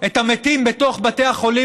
את המתים בתוך בתי החולים,